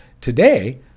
Today